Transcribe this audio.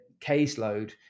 caseload